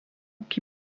qui